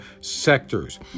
sectors